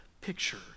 picture